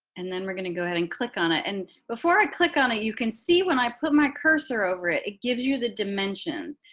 and then we're going to go ahead and click on it and before i click on it you can see when i put my cursor over it it gives you the dimensions.